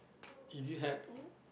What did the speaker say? if you had o~